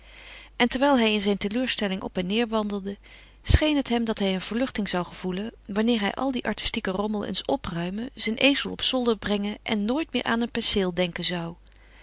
en terwijl hij in zijn teleurstelling op en neêr wandelde scheen het hem dat hij een verluchting zou gevoelen wanneer hij al dien artistieken rommel eens opruimen zijn ezel op zolder brengen en nooit meer aan een penseel denken zou